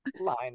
line